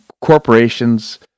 corporations